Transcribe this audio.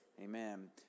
amen